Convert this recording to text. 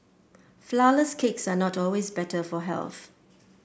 flourless cakes are not always better for health